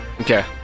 Okay